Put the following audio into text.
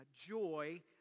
joy